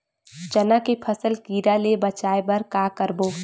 चना के फसल कीरा ले बचाय बर का करबो?